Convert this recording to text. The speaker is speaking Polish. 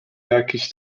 jakichś